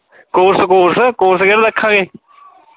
course course course ਕਿਹੜਾ ਰੱਖਾਂਗੇ